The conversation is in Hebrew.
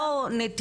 נכון.